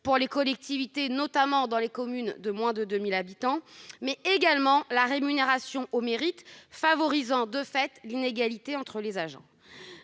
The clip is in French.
pour les collectivités, notamment dans les communes de moins de 2 000 habitants, mais également la rémunération au mérite favorisant l'inégalité entre les agents.